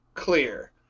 Clear